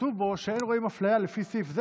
וכתוב בו שאין רואים אפליה לפי סעיף זה